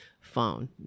phone